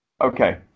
Okay